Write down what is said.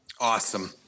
Awesome